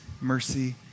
mercy